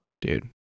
dude